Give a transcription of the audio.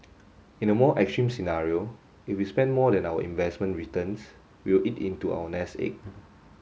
in a more extreme scenario if we spent more than our investment returns we will eat into our nest egg